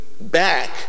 back